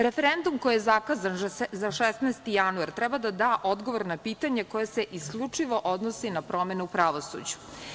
Referendum koji je zakazan za 16. januar treba da da odgovor na pitanje koje se isključivo odnosi na promene u pravosuđu.